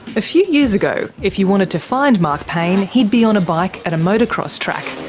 a few years ago, if you wanted to find mark payne he'd be on a bike at a motocross track,